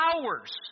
hours